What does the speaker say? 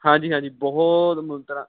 ਹਾਂਜੀ ਹਾਂਜੀ ਬਹੁਤ ਮੁੰਤਰਾ